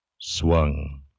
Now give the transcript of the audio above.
swung